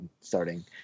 starting